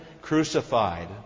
crucified